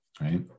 Right